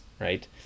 right